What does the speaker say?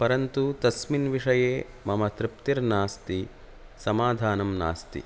परन्तु तस्मिन् विषये मम तृप्तिर्नास्ति समाधानं नास्ति